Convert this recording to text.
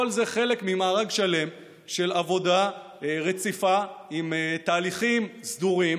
כל זה חלק ממארג שלם של עבודה רציפה עם תהליכים סדורים,